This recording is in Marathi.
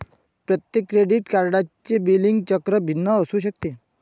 प्रत्येक क्रेडिट कार्डचे बिलिंग चक्र भिन्न असू शकते